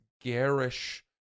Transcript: garish